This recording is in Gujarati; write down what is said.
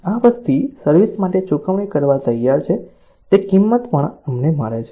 આ વસ્તી સર્વિસ માટે ચૂકવણી કરવા તૈયાર છે તે કિંમત પણ અમને મળે છે